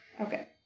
Okay